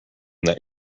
that